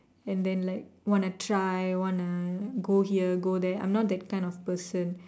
and then like wanna try wanna go here go there I'm not that kind of person